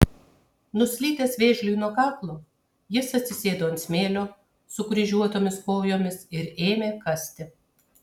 nuslydęs vėžliui nuo kaklo jis atsisėdo ant smėlio sukryžiuotomis kojomis ir ėmė kasti